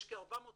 יש כ-450